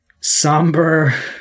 somber